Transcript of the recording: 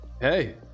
Hey